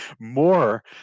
more